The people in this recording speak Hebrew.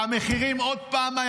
והמחירים יעלו עוד פעם,